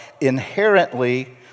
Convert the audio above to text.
inherently